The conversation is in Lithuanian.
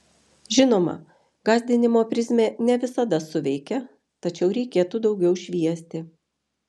žinoma gąsdinimo prizmė ne visada suveikia tačiau reikėtų daugiau šviesti